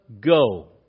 go